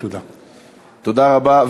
תודה רבה.